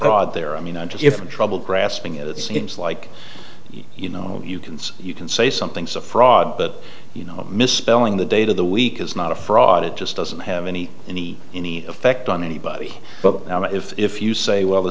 end there i mean if i'm trouble grasping it seems like you know you can you can say something's a fraud but you know misspelling the date of the week is not a fraud it just doesn't have any any any effect on anybody but if you say well the